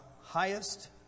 highest